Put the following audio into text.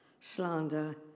slander